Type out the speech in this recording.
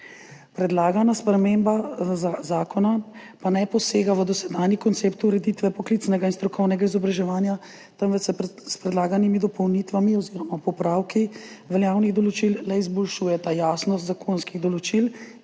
Predlagana sprememba zakona pa ne posega v dosedanji koncept ureditve poklicnega in strokovnega izobraževanja, temveč se s predlaganimi dopolnitvami oziroma popravki veljavnih določil le izboljšujeta jasnost zakonskih določil